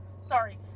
Sorry